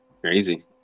Crazy